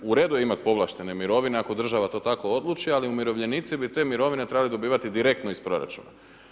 U redu je imati povlaštene mirovine, ako država to tako odluči, ali umirovljenici, bi te mirovine trebali dobivati direktno iz proračuna.